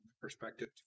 perspective